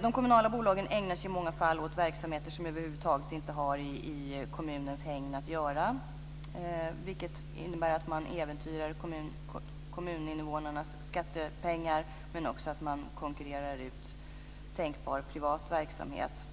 De kommunala bolagen ägnar sig i många fall åt verksamheter som över huvud taget inte ska vara i kommunens hägn, vilket innebär att de äventyrar kommuninvånarnas skattepengar men också konkurrerar ut tänkbar privat verksamhet.